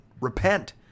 repent